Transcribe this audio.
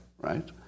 right